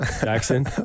Jackson